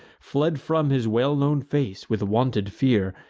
fled from his well-known face, with wonted fear,